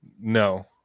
no